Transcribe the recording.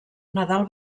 nadal